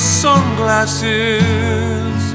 sunglasses